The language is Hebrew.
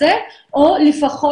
החוק?